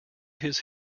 his